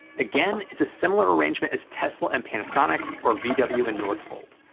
again, it's a similar arrangement as tesla and panasonic or vw vw and northvolt.